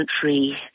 country